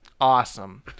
Awesome